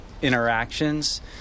interactions